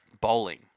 bowling